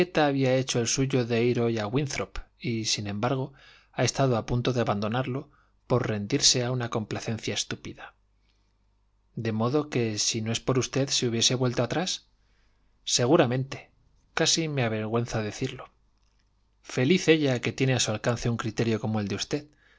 había hecho el suyo de ir hoy a wintihrop y sin embargo ha estado a punto de abandonarlo por rendirse a una complacencia estúpida de modo que si no es por usted se hubiese vuelto atrás seguramente casi me avergüenza el decirlo feliz ella que tiene a su alcance un criterio como el de usted